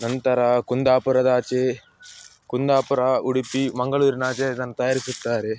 ನಂತರ ಕುಂದಾಪುರದಾಚೆ ಕುಂದಾಪುರ ಉಡುಪಿ ಮಂಗಳೂರಿನಾಚೆ ಇದನ್ನು ತಯಾರಿಸುತ್ತಾರೆ